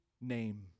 name